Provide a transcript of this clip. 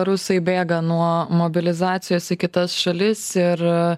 rusai bėga nuo mobilizacijos į kitas šalis ir